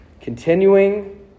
continuing